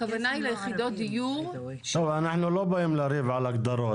אחנו לא באים לריב על הגדרות,